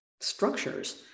structures